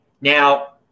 Now